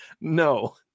No